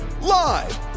Live